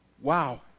Wow